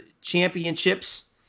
championships